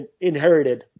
inherited